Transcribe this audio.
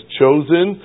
chosen